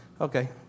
Okay